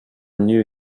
knew